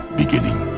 beginning